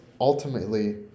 Ultimately